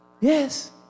Yes